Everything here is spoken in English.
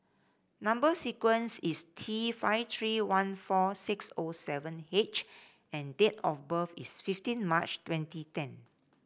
number sequence is T five three one four six O seven H and date of birth is fifteen March twenty ten